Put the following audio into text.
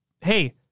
Hey